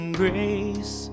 grace